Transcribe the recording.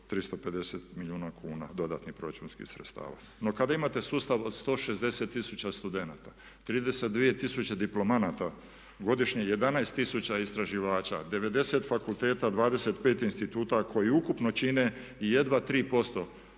350 milijuna kuna dodatnih proračunskih sredstava. No kada imate sustav od 160 tisuća studenata, 32 tisuće diplomanata godišnje, 11 tisuća istraživača, 90 fakulteta, 25 instituta koji ukupno čine jedva 3%